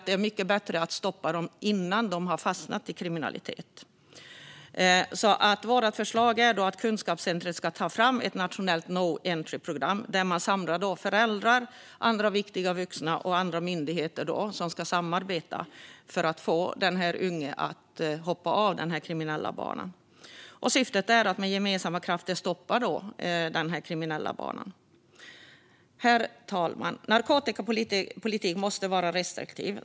Det är mycket bättre att stoppa dem innan de har fastnat i kriminalitet. Vårt förslag är alltså att kunskapscentret ska ta fram ett nationellt no entry-program där man samlar föräldrar och andra viktiga vuxna och myndigheter som ska samarbeta för att få unga att hoppa av den kriminella banan. Syftet är att med gemensamma krafter stoppa deras kriminella bana. Herr talman! Narkotikapolitiken måste vara restriktiv.